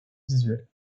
visuelles